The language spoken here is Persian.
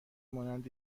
مانند